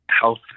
health